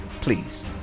please